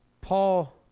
Paul